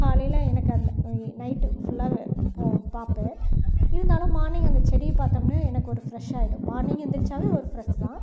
காலையில் எனக்கு அந்த நைட்டு ஃபுல்லாவே போ பார்ப்பேன் இருந்தாலும் மார்னிங் அந்த செடி பார்த்தம்னே எனக்கு ஒரு ஃப்ரெஷ் ஆயிடும் மார்னிங் எந்திரிச்சாவே ஒரு ஃப்ரெஷ் தான்